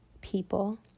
people